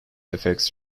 effects